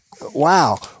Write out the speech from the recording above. wow